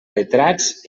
retrats